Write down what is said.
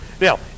Now